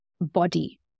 body